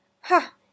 Ha